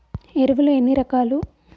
ఎరువులు ఎన్ని రకాలు?